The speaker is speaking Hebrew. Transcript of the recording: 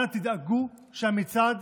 אנא, תדאגו שהמצעד